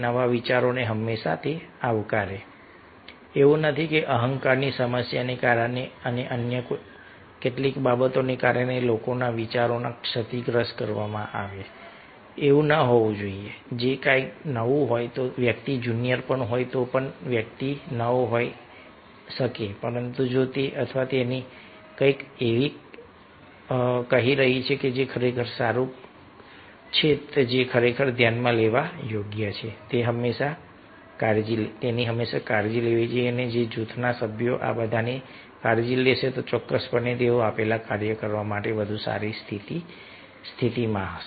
નવા વિચારોને હંમેશા આવકારે છે એવું નથી કે અહંકારની સમસ્યાને કારણે અને અન્ય કેટલીક બાબતોને કારણે લોકોના વિચારોને ક્ષતિગ્રસ્ત કરવામાં આવે છે એવું ન હોવું જોઈએ જો કંઈક નવું હોય તો વ્યક્તિ જુનિયર પણ હોય તો પણ વ્યક્તિ નવો હોઈ શકે પરંતુ જો તે અથવા તેણી કંઈક એવું કહી રહી છે જે ખરેખર સારું છે જે ખરેખર ધ્યાનમાં લેવા યોગ્ય છે કે હંમેશા કાળજી લેવી જોઈએ અને જો જૂથના સભ્યો આ બધાની કાળજી લેશે તો ચોક્કસપણે તેઓ આપેલ કાર્ય કરવા માટે વધુ સારી સ્થિતિમાં હશે